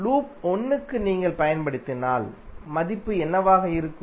loop 1 க்கு நீங்கள் பயன்படுத்தினால் மதிப்பு என்னவாக இருக்கும்